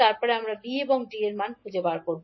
তারপরে আমাদের B এবং D এর মান খুঁজে বের করতে হবে